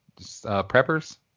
preppers